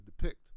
depict